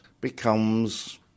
becomes